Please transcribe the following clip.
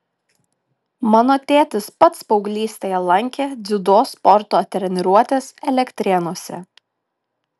mano tėtis pats paauglystėje lankė dziudo sporto treniruotes elektrėnuose